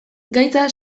gaitza